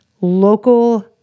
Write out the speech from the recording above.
local